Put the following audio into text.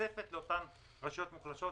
תוספת לאותן רשויות מוחלשות.